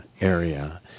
area